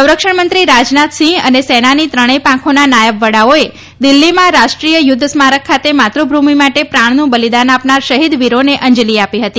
સંરક્ષણમંત્રી રાજનાથસિંહ અને સેનાની ત્રણેય પાંખોના નાયબ વડાઓએ દિલ્હીમાં રાષ્ટ્રીય યુદ્ધ સ્મારક ખાતે માતૃભૂમિ માટે પ્રાણનું બલિદાન આપનાર શહિદ વીરોને અંજલિ આપી હતી